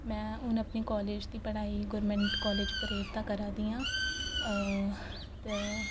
मैं हून अपने कालेज दी पढ़ाई गौरमेंट कालेज परेड दा करा दी आं